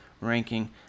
ranking